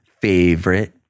favorite